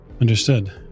Understood